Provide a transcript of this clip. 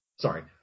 sorry